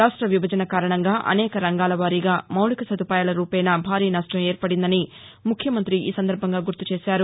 రాష్ట విభజన కారణంగా అనేక రంగాలవారీగా మౌలిక సదుపాయాల రూపేనా భారీ నష్టం ఏర్పడిందని ముఖ్యమంత్రి ఈ సందర్భంగా గుర్తుచేశారు